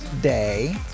day